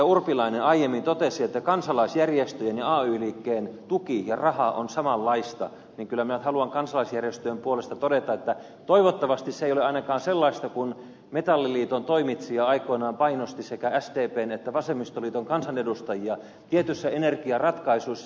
urpilainen aiemmin totesi että kansalaisjärjestöjen ja ay liikkeen tuki ja raha on samanlaista niin kyllä minä haluan kansalaisjärjestöjen puolesta todeta että toivottavasti se ei ole ainakaan sellaista kuin silloin kun metalliliiton toimitsija aikoinaan painosti sekä sdpn että vasemmistoliiton kansanedustajia tietyissä energiaratkaisuissa